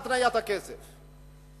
התניית הכסף.